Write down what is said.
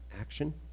action